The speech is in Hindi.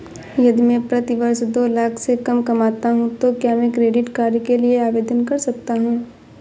यदि मैं प्रति वर्ष दो लाख से कम कमाता हूँ तो क्या मैं क्रेडिट कार्ड के लिए आवेदन कर सकता हूँ?